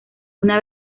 una